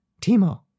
Timo